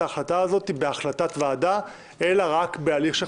ההחלטה הזאת בהחלטת ועדה אלא רק בהליך של חקיקה.